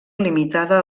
limitada